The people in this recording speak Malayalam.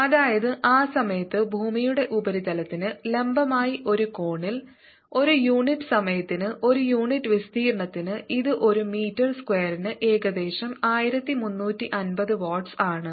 അതായത് ആ സമയത്ത് ഭൂമിയുടെ ഉപരിതലത്തിന് ലംബമായി ഒരു കോണിൽ ഒരു യൂണിറ്റ് സമയത്തിന് ഒരു യൂണിറ്റ് വിസ്തീർണ്ണത്തിന് ഇത് ഒരു മീറ്റർ സ്ക്വാർ ന് ഏകദേശം 1350 വാട്ട്സ് ആണ്